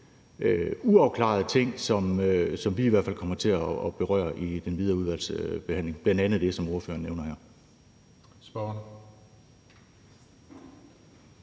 uafklarede ting, som vi i hvert fald kommer til at berøre i den videre udvalgsbehandling, bl.a. det, som ordføreren nævner her.